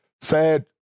sad